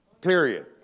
Period